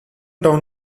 town